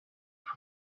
from